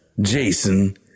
Jason